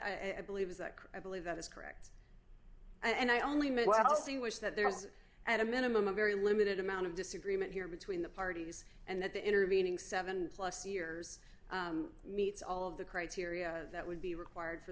t i believe is that correct believe that is correct and i only meant what i see was that there was at a minimum a very limited amount of disagreement here between the parties and that the intervening seven plus years meets all of the criteria that would be required for